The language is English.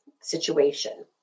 situation